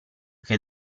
che